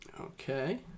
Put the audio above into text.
Okay